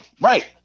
Right